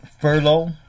furlough